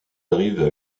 arrivent